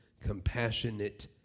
compassionate